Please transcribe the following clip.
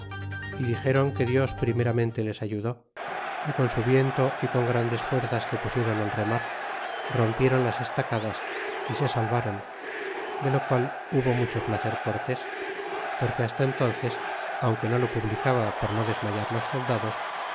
y dixeron que dios p rimeramente les ayudó y con su viento y con grandes fuerzas que pusieron al remar rompieron las estacadas y se salvaron de lo qual hubo mucho placer cortes no es creible